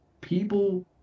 people